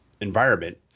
environment